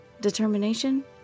Determination